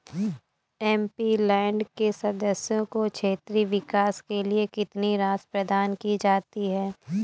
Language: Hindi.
एम.पी.लैंड के सदस्यों को क्षेत्रीय विकास के लिए कितनी राशि प्रदान की जाती है?